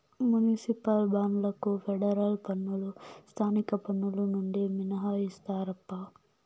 municipal బాండ్లకు federal పన్నులు స్థానిక పన్నులు నుండి మినహాయిస్తారప్పా